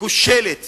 כושלת